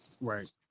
Right